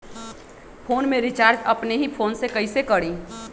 Phone में recharge अपने ही फ़ोन से कईसे करी?